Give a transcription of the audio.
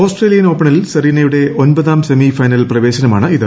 Australian ഓപ്പണിൽ സെറീനയുടെ ഒമ്പതാം സെമി ഫൈനൽ പ്രവേശമാണിത്